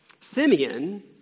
Simeon